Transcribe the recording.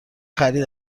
خرید